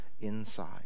inside